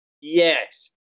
Yes